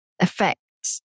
affects